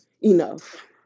enough